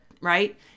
right